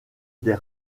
des